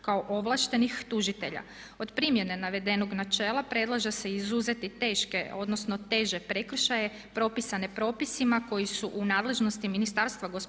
kao ovlaštenih tužitelja. Od primjene navedenog načela predlaže se izuzeti teške, odnosno teže prekršaje propisane propisima koji su u nadležnosti Ministarstva gospodarstva